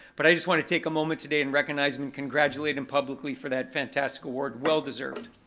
but i just wanted to take a moment today and recognize him, congratulate him publicly for that fantastic award, well deserved.